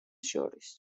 შორის